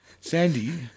Sandy